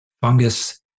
fungus